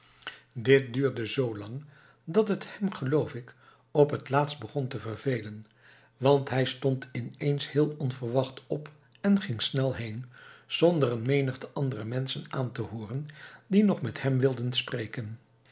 dit duurde zoolang dat het hem geloof ik op t laatst begon te vervelen want hij stond in eens heel onverwacht op en ging snel heen zonder een menigte andere menschen aan te hooren die nog met hem wilden spreken